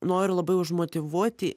noriu labai užmotyvuoti